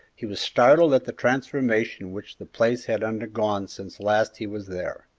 he was startled at the transformation which the place had undergone since last he was there.